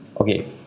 okay